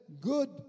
good